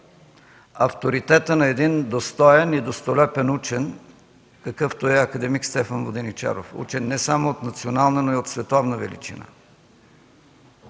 авторитета на един достоен и достолепен учен, какъвто е акад. Стефан Воденичаров – учен не само от национална, но и от световна величина.